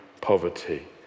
poverty